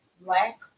black